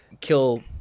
kill